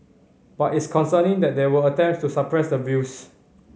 but it's concerning that there were attempts to suppress the views